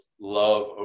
love